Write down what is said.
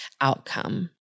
outcome